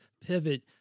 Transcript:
pivot